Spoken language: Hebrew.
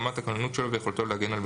רמת הכוננות שלו,